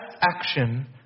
action